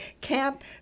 Camp